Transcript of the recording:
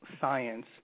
science